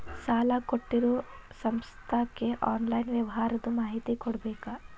ಸಾಲಾ ಕೊಟ್ಟಿರೋ ಸಂಸ್ಥಾಕ್ಕೆ ಆನ್ಲೈನ್ ವ್ಯವಹಾರದ್ದು ಮಾಹಿತಿ ಕೊಡಬೇಕಾ?